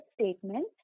statement